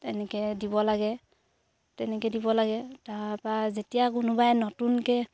তেনেকে দিব লাগে তেনেকে দিব লাগে তাৰপৰা যেতিয়া কোনোবাই নতুনকৈ